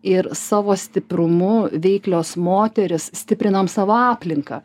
ir savo stiprumu veiklios moterys stiprinam savo aplinką